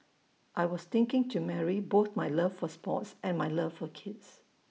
I was thinking to marry both my love for sports and my love for kids